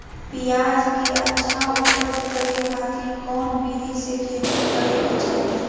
प्याज के अच्छा उपज करे खातिर कौन विधि से खेती करे के चाही?